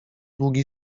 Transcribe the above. długi